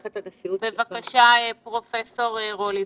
בבקשה, פרופ' רולידר.